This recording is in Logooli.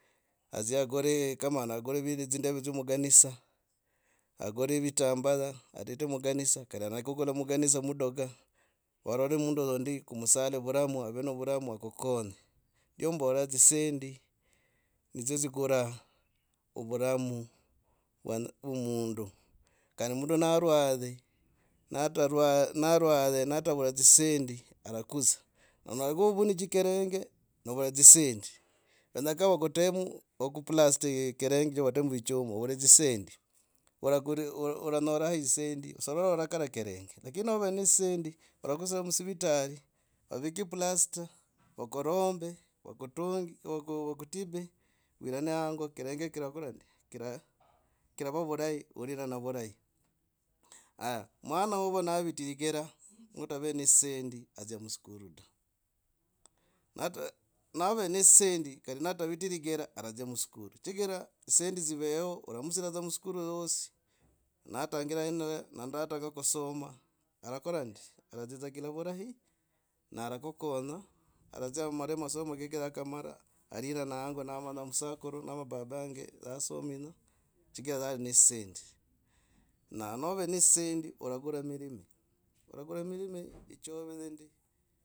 Adzie akore kama nakore esindeve dzyo muganisa akore vitambaya atete muganisa kari anyela kugula muganisa mudoga varoror mundu hoyo ndi kumusal vuramu ave novuramu akukonye ndio mbora dzisendi nidzyo dzikuraa ovuramu vwa nya vwa mundu kandi undu narwaze natarwa narwaze natauura dzisendi arakudza. Anyerakuva nechikerenge novura dzispendi. Kenyaka vakutemu vaku plaste kirenge vatemo vichuma ovura dzispendi orakura. oranyora ahi dzispendi sovero warakare kirenge lakini nove ne dzisendi oradzya dza musivitari plasta, vakuromb vakutunge. Vakutibe wirane hango kirenge kivavura ndi kirava vurahi orirana vurahi. Aya mwana wovo naviti ligera mundu ave nedzispendi adzia muskuru da na nave na dzisendi kari na ataviti lingeraa aradzia muskuru chigira dzisendi dziveho oramusira dza muskuru yosi na atangire ne natanga kusoma arakora ndi. aratsikila dza vurahi na arakukonya aradzia amare masomo kake mara alirana hango namanya musakuru nama baba hange chigiraa nali ne dzisendi. Na nove ne dzisendi orakura mirimi. Orakura mirimi hicho ove za ndi.